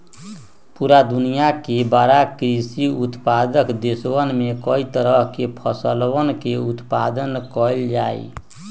पूरा दुनिया के बड़ा कृषि उत्पादक देशवन में कई तरह के फसलवन के उत्पादन कइल जाहई